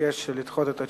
ביקש לדחות את התשובה,